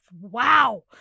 Wow